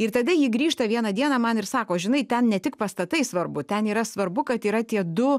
ir tada ji grįžta vieną dieną man ir sako žinai ten ne tik pastatai svarbu ten yra svarbu kad yra tie du